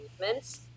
movements